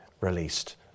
released